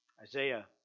isaiah